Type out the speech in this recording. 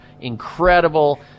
incredible